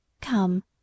Come